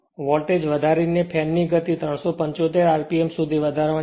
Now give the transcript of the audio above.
voltage વધારીને fan ની ગતિ 375 rpm સુધી વધારવાની છે